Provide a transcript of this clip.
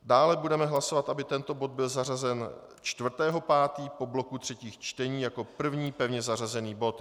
Dále budeme hlasovat, aby tento bod byl zařazen 4. 5. po bloku třetích čtení jako první pevně zařazený bod.